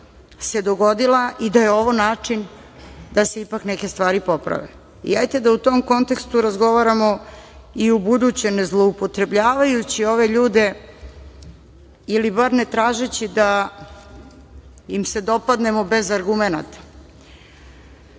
se dogodila i da je ovo način da se ipak neke stvari poprave. Hajde da u tom kontekstu razgovaramo i ubuduće, ne zloupotrebljavajući ove ljude ili bar ne tražeći da im se dopadnemo bez argumenata. Potpuno